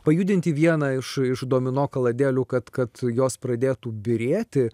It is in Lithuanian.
pajudinti vieną iš iš domino kalades kad kad jos pradėtų byrėti